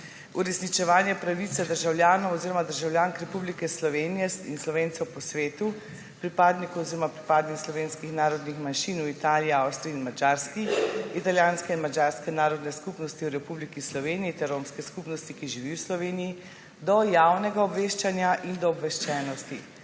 uresničevanje pravice državljanov oziroma državljank Republike Slovenije in Slovencev po svetu, pripadnikov oziroma pripadnic slovenskih narodnih manjših v Italiji, Avstriji in Madžarski, italijanske in madžarske narodne skupnosti v Republiki Sloveniji ter romske skupnosti, ki živijo v Sloveniji, do javnega obveščanja in do obveščenosti.